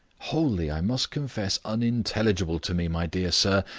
wholly, i must confess, unintelligible to me, my dear sir,